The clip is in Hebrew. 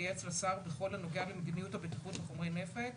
תייעץ לשר בכל הנוגע למדיניות הבטיחות בחומרי נפץ